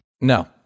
No